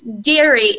dairy